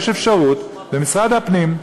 יש אפשרות במשרד הפנים,